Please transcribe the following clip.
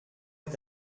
est